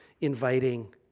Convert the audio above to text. inviting